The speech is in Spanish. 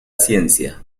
ciencia